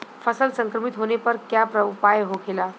फसल संक्रमित होने पर क्या उपाय होखेला?